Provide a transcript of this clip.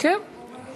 על זה הייתי רשום?